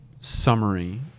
summary